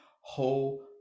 whole